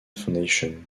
foundation